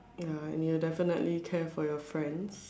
ya and you will definitely care for your friends